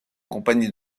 compagnie